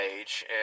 age